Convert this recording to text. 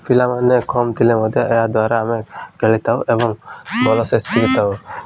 ପିଲାମାନେ କମ୍ ଥିଲେ ମଧ୍ୟ ଏହାଦ୍ୱାରା ଆମେ ଖେଳିଥାଉ ଏବଂ ଭଲ ସେ ଶିଖିଥାଉ